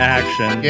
action